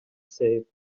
save